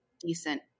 decent